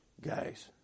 Guys